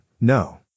no